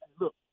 look